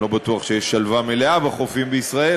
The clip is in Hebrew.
אני לא בטוח שיש שלווה מלאה בחופים בישראל,